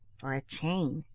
for a chain,